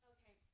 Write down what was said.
Okay